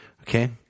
Okay